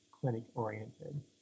clinic-oriented